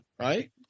Right